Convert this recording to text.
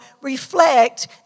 reflect